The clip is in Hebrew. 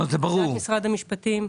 משרד המשפטים,